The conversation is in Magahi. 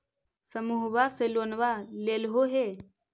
समुहवा से लोनवा लेलहो हे?